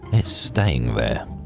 it's staying there.